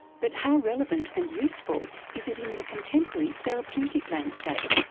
but how relevant and useful is it in the contemporary therapeutic landscape?